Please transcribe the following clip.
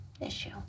issue